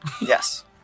Yes